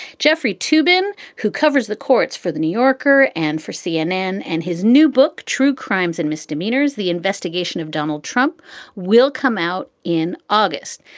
jeffrey toobin, who covers the courts for the new yorker and for cnn. and his new book, true crimes and misdemeanors. the investigation of donald trump will come out in august.